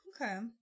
Okay